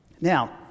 Now